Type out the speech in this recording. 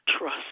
trust